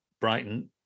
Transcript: Brighton